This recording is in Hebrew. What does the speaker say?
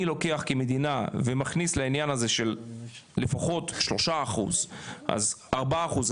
לוקח כמדינה ומכניס לעניין הזה של לפחות שלושה אחוז-ארבעה אחוז,